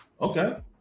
Okay